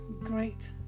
great